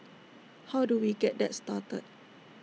how do we get that started